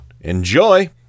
Enjoy